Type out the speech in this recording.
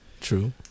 True